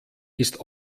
ist